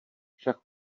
však